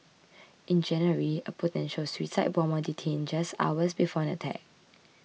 in January a potential suicide bomber detained just hours before an attack